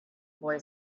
boy